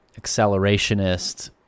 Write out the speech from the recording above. accelerationist